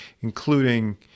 including